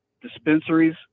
dispensaries